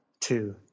two